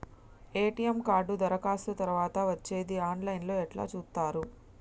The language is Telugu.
ఎ.టి.ఎమ్ కార్డు దరఖాస్తు తరువాత వచ్చేది ఆన్ లైన్ లో ఎట్ల చూత్తరు?